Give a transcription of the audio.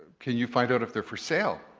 can you find out if they're for sale?